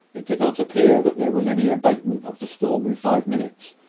it did not appear that there was any abatement of the storm in five minutes,